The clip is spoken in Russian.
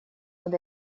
под